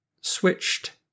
switched